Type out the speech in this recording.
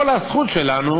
כל הזכות שלנו